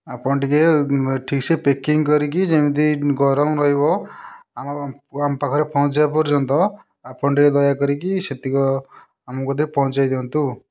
ଆପଣ ଟିକେ ଠିକସେ ପ୍ୟାକିଙ୍ଗ କରିକି ଯେମିତି ଗରମ ରହିବ ଆମ ଆମ ପାଖରେ ପହଂଚିବା ପର୍ଯ୍ୟନ୍ତ ଆପଣ ଟିକେ ଦୟାକରିକି ସେତିକ ଆମ କତିକି ପହଞ୍ଚାଇ ଦିଅନ୍ତୁ